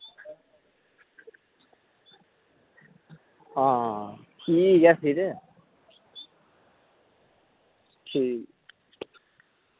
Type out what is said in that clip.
आं ठीक ऐ फिर ठीक